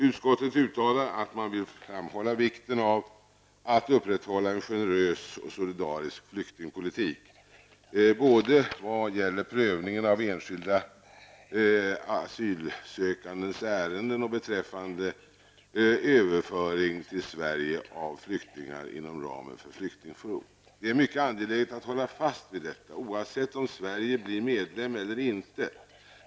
Utskottet vill framhålla vikten av att upprätthålla en generös och solidarisk flyktingpolitik både vad gäller prövningen av enskilda asylsökandes ärenden och beträffande överföring till Sverige av flyktingar inom ramen för vår flyktingkvot. Det är mycket angeläget att hålla fast vid detta, oavsett om Sverige blir medlem eller inte.